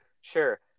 sure